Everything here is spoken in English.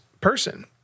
person